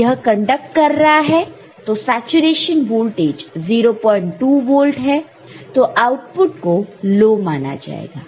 यह कंडक्ट कर रहा है तो सैचुरेशन वोल्टेज 02 वोल्ट है तो आउटपुट को लो माना जाएगा